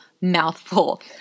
mouthful